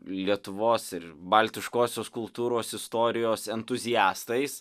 lietuvos ir baltiškosios kultūros istorijos entuziastais